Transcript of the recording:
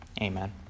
Amen